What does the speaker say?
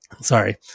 Sorry